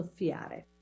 soffiare